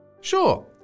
Sure